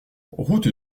route